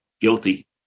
guilty